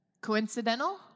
Coincidental